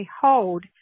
hold